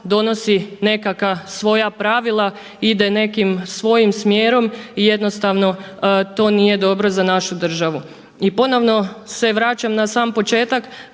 donosi nekakva svoja pravila, ide nekim svojim smjerom. I jednostavno to nije dobro za našu državu. I ponovno se vraćam na sam početak